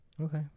Okay